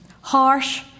harsh